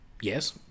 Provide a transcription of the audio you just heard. Yes